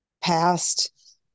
past